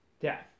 death